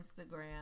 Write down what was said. Instagram